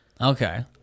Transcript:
Okay